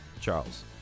Charles